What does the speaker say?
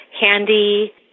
handy